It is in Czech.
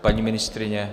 Paní ministryně?